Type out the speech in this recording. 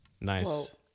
nice